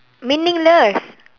meaningless